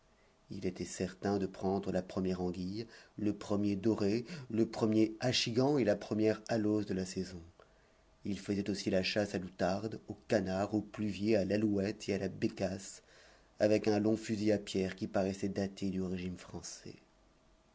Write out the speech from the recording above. il était certain de prendre la première anguille le premier doré le premier achigan et la première alose de la saison il faisait aussi la chasse à l'outarde au canard au pluvier à l'alouette et à la bécasse avec un long fusil à pierre qui paraissait dater du régime français